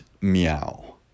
meow